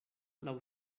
laŭ